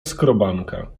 skrobanka